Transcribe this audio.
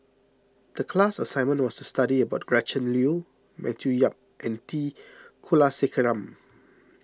the class assignment was to study about Gretchen Liu Matthew Yap and T Kulasekaram